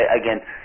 Again